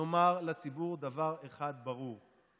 נאמר לציבור דבר אחד ברור: